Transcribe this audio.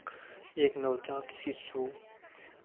एक नवजात शिशु